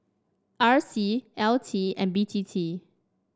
R C L T and B T T